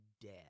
dead